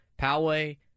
Poway